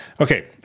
Okay